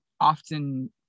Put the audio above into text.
often